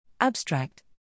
Abstract